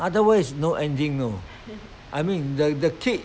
otherwise no ending you know I mean the the kid